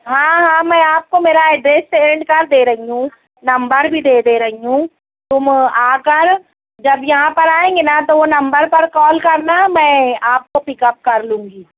ہاں ہاں میں آپ کو میرا ایڈرس سینڈ کر دے رہی ہوں نمبر بھی دے دے رہی ہوں تم آ کر جب یہاں پر آئیں گے نا تو وہ نمبر پر کال کرنا میں آپ کو پک اپ کر لوں گی